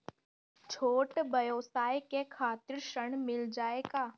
छोट ब्योसाय के खातिर ऋण मिल जाए का?